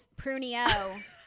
prunio